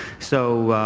so